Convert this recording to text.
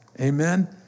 Amen